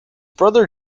brother